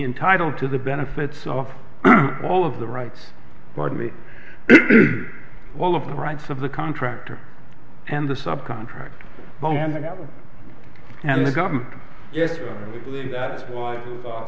entitled to the benefits of all of the rights pardon me all of the rights of the contractor and the sub contract the land and the government yes i believe that is why